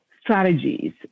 strategies